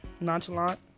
Nonchalant